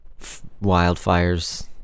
Wildfires